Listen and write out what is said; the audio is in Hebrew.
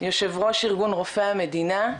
יושב ראש ארגון רופאי המדינה.